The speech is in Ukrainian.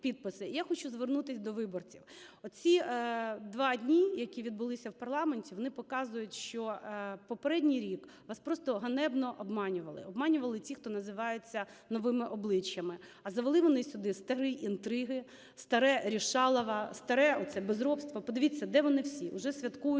Я хочу звернутись до виборців. Оці два дні, які відбулися в парламенті, вони показують, що попередній рік вас просто ганебно обманювали. Обманювали ті, хто називаються "новими обличчями". А завели вони сюди старі інтриги, старе "рєшалово", старе оце безробство. Подивіться, де вони всі – уже святкують